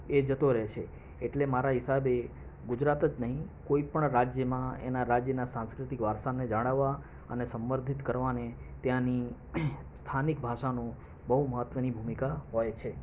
એ જતો રહે છે એટલે મારા હિસાબે ગુજરાત જ નહીં કોઈ પણ રાજ્યમાં એના રાજ્યના સાંસ્કૃતિક વારસાને જાળવવા અને સંવર્ધિત કરવાને ત્યાંની સ્થાનિક ભાષાનો બહુ મહત્ત્વની ભૂમિકા હોય છે